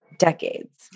decades